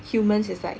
humans is like